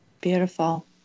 beautiful